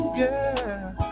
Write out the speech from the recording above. girl